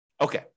Okay